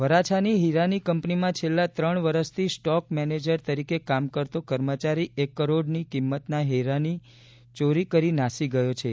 વરાછાની હીરાની કંપનીમાં છેલ્લા ત્રણ વર્ષથી સ્ટોક મેનેજર તરીકે કામ કરતો કર્મચારી એક કરોડની કિંમતના હીરાની ચોરી કરી નાસી ગયો છે